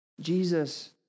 Jesus